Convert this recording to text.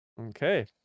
Okay